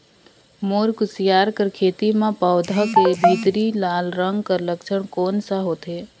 मोर कुसियार कर खेती म पौधा के भीतरी लाल रंग कर लक्षण कौन कर होथे?